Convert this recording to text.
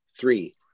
three